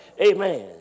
amen